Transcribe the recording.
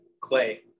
clay